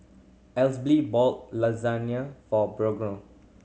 Esley bought Lasagne for Brogan